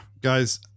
guys